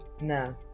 No